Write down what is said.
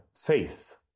faith